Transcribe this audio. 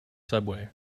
subway